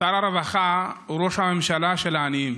שר הרווחה הוא ראש הממשלה של העניים.